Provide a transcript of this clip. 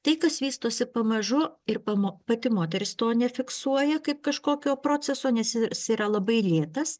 tai kas vystosi pamažu ir pamo pati moteris to nefiksuoja kaip kažkokio proceso nes jis yra labai lėtas